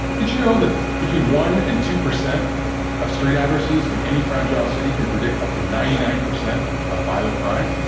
did you know that between one and two percent of street addresses in any fragile city can predict up to ninety nine percent of violent crime?